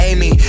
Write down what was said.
Amy